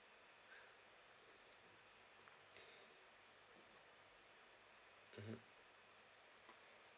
mmhmm